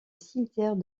cimetière